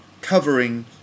covering